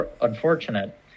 unfortunate